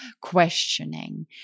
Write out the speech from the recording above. questioning